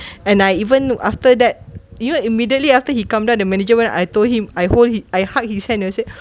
and I even after that you know immediately after he come down the manager want I told him I hold I hug his hand and I said